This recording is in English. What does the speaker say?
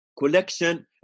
collection